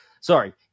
sorry